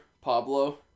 Pablo